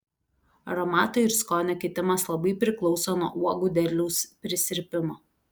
aromato ir skonio kitimas labai priklauso nuo uogų derliaus prisirpimo